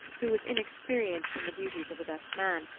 who was inexperienced in the duties of a best man,